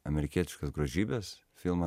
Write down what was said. amerikietiškos grožybės filmą